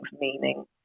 meaning